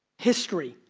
history.